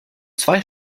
zwei